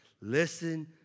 Listen